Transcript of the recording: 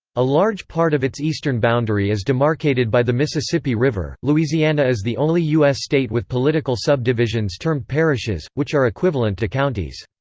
a large part of its eastern boundary is demarcated by the mississippi river. louisiana is the only u s. state with political subdivisions termed parishes, which are equivalent to counties.